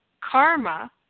karma